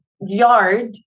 yard